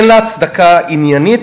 אין לה הצדקה עניינית,